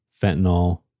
fentanyl